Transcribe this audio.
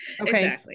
Okay